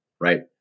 right